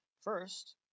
First